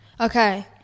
Okay